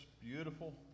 beautiful